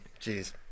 Jeez